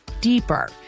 deeper